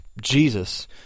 Jesus